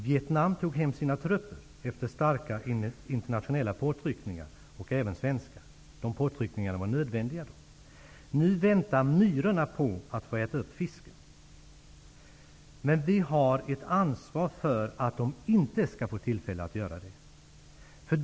Vietnam tog hem sina trupper, efter starka internationella påtryckningar, även svenska. De påtryckningarna var nödvändiga. Nu väntar myrorna på att få äta upp fisken. Vi har ett ansvar för att de inte skall få tillfälle att göra det.